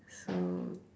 so